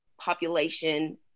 population